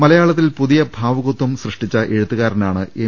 മലയാളത്തിൽ പുതിയ ഭാവുകത്വം സൃഷ്ടിച്ച എഴുത്തുകാര നാണ് എം